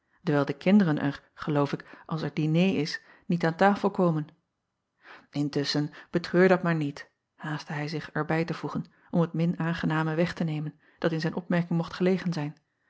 dewijl de kinderen er geloof ik als er diner is niet aan tafel komen ntusschen betreur dat maar niet haastte hij zich er bij te voegen om het min aangename weg te nemen dat in zijn opmerking mocht gelegen zijn